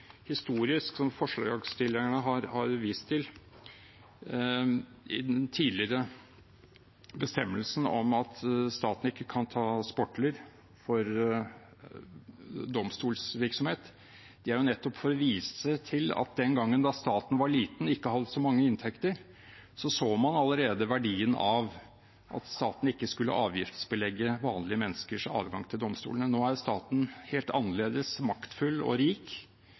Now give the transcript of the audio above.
forslagsstillerne har, den tidligere bestemmelsen om at staten ikke kan ta sportler for domstolsvirksomhet, er nettopp for å vise til at den gangen staten var liten og ikke hadde så mange inntekter, så man allerede verdien av at staten ikke skulle avgiftsbelegge vanlige menneskers adgang til domstolene. Nå er staten helt annerledes, maktfull og rik,